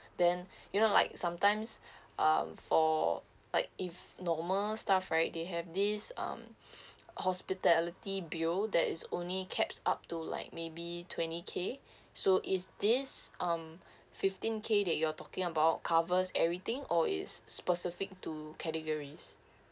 then you know like sometimes uh for like if normal stuff right they have this um hospitality bill that is only caps up to like maybe twenty K so is this um fifteen K that you're talking about covers everything or is specific to categories